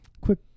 quick